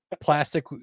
plastic